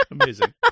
Amazing